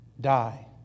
die